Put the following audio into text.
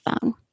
phone